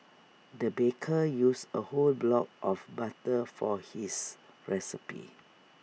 the baker used A whole block of butter for his recipe